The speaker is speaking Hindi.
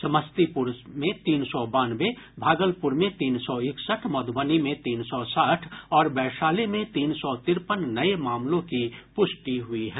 समस्तीपुर में तीन सौ बानवे भागलपुर में तीन सौ इकसठ मध्बनी में तीन सौ साठ और वैशाली में तीन सौ तिरपन नये मामलों की पुष्टि हुई है